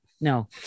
no